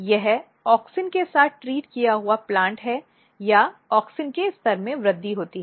यह ऑक्सिन के साथ ट्रीट किया हुआ प्लांट है या ऑक्सिन के स्तर में वृद्धि होती है